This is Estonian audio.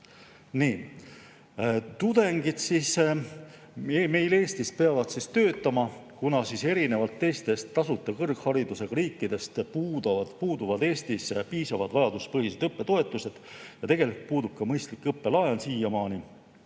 Nii, tudengid peavad meil Eestis siis töötama, kuna erinevalt teistest tasuta kõrgharidusega riikidest puuduvad Eestis piisavad vajaduspõhised õppetoetused ja tegelikult puudub ka mõistlik õppelaen siiamaani.